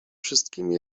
wszystkimi